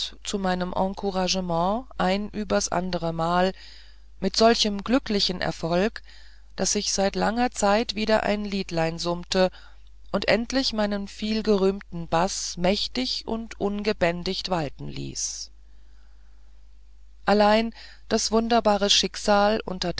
zu meinem encouragement ein übers andere mal mit solchem glücklichen erfolg daß ich seit langer zeit wieder ein liedlein summte und endlich meinen vielberühmten baß mächtig und ungebändigt walten ließ allein das wunderbare schicksal unter